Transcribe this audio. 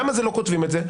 למה כותבים את זה?